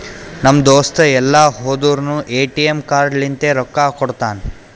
ನಮ್ ದೋಸ್ತ ಎಲ್ ಹೋದುರ್ನು ಎ.ಟಿ.ಎಮ್ ಕಾರ್ಡ್ ಲಿಂತೆ ರೊಕ್ಕಾ ಕೊಡ್ತಾನ್